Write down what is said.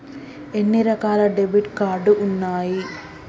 ఎన్ని రకాల debit card ఉన్నాయి?